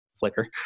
flicker